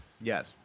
Yes